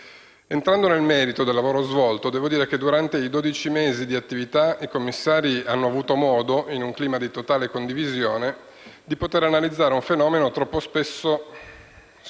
Entrando nel merito del lavoro svolto, devo dire che durante i dodici mesi di attività i commissari hanno avuto modo, in un clima di totale condivisione, di poter analizzare un fenomeno troppo spesso